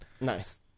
Nice